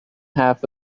half